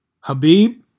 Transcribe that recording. Habib